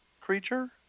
creature